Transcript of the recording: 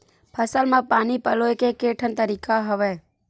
फसल म पानी पलोय के केठन तरीका हवय?